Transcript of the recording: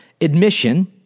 admission